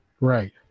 Right